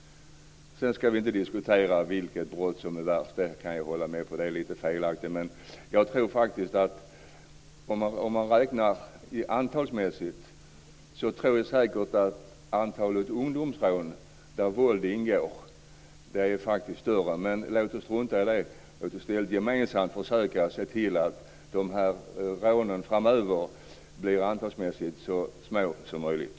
Vi ska inte diskutera vilket brott som är värst - det kan jag hålla med om; det är lite felaktigt. Jag tror att antalet ungdomsrån där våld ingår faktiskt är större än vad som sägs, men låt oss strunta i det. Låt oss i stället gemensamt försöka se till att de här rånen framöver blir så få som möjligt.